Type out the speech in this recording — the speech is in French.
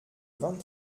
vingt